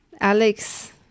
Alex